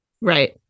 Right